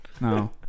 No